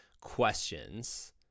questions